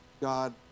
God